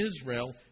Israel